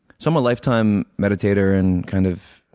so i'm a lifetime meditator and kind of